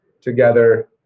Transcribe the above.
together